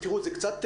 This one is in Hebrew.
זה פשוט לא יאומן.